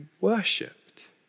worshipped